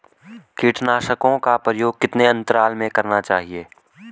कीटनाशकों का प्रयोग कितने अंतराल में करना चाहिए?